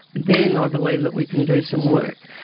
then i believe that we can do some work.